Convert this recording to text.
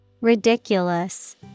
Ridiculous